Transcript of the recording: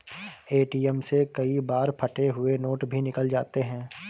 ATM से कई बार फटे हुए नोट भी निकल जाते हैं